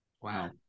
Wow